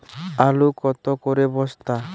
আলু কত করে বস্তা?